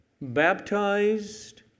baptized